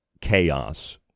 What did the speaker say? chaos